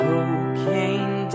Cocaine